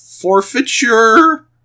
forfeiture